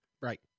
Right